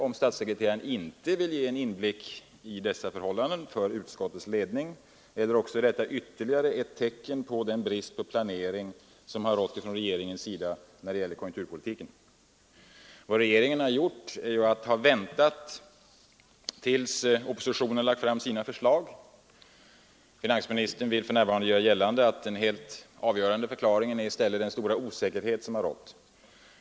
Om statssekreteraren inte vill ge en inblick i dessa: förhållanden till utskottets ledning är det antingen utmanande eller också ytterligare ett tecken på den brist på planering som har rått från regeringens sida när det gäller konjunkturpolitiken. Vad regeringen gjort är att vänta på att oppositionen skulle lägga fram sina förslag. Finansministern vill för närvarande göra gällande att den helt avgörande förklaringen i stället är den stora osäkerhet som har rått.